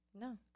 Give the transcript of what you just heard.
No